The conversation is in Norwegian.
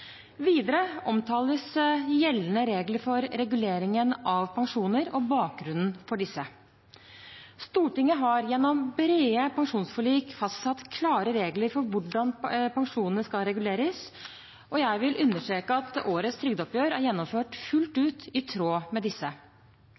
Videre omtales gjeldende regler for reguleringen av pensjoner og bakgrunnen for disse. Stortinget har gjennom brede pensjonsforlik fastsatt klare regler for hvordan pensjonene skal reguleres, og jeg vil understreke at årets trygdeoppgjør er gjennomført fullt